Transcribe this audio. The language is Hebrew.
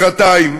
מחרתיים